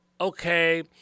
Okay